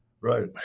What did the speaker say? Right